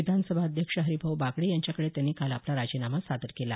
विधानसभा अध्यक्ष हरिभाऊ बागडे यांच्याकडे त्यांनी काल आपला राजीनामा सादर केला